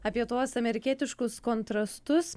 apie tuos amerikietiškus kontrastus